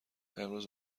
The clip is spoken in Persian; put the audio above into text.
امروز